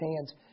hands